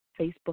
Facebook